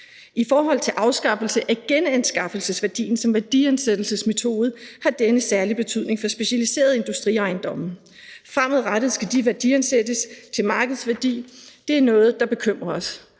I forhold til afskaffelse af genanskaffelsesværdien som værdiansættelsesmetode har denne særlig betydning for specialiserede industriejendomme. Fremadrettet skal de værdiansættes til markedsværdi. Det er noget, der bekymrer os,